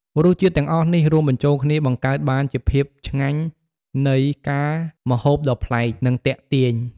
រសជាតិទាំងអស់នេះ រួមបញ្ចូលគ្នាបង្កើតបានជាភាពឆ្ញាញ់នៃការម្ហូបដ៏ប្លែក និងទាក់ទាញ។